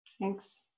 Thanks